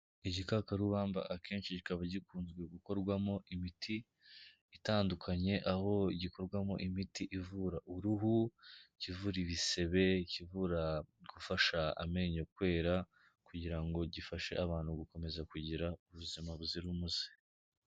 Igikakarubamba akenshi kikaba gikunze gukorwamo imiti itandukanye, aho gikorwamo imiti ivura uruhu, kivura ibisebe kivura gufasha amenyo kwera, kugira ngo gifashe abantu gukomeza kugira ubuzima buzira umuze.